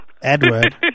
Edward